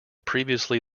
previously